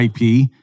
IP